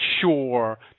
sure